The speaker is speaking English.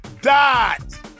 Dot